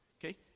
Okay